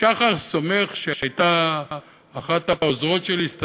לשחר סומך, שהייתה אחת העוזרות שלי, סטאז'רית,